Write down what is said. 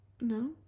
No